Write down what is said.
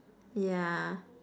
yeah